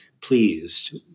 pleased